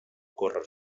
córrer